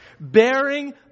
Bearing